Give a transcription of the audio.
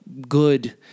good